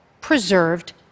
preserved